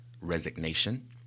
resignation